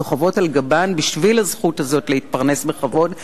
בשביל הזכות הזאת להתפרנס בכבוד,